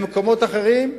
למקומות אחרים,